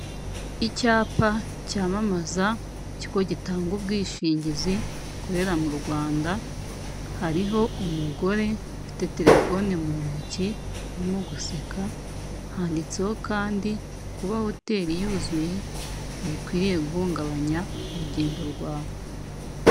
Icyapa cyamamaza ikigo gitanga ubwishingizi gikorera mu Rwanda, hariho umugore ufite telefoni mu ntoki, urimo guseka, handitseho kandi kuba hoteri yuzuye, ntibikwiriye guhungabanya urugendo rwawe.